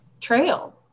trail